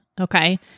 okay